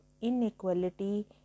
inequality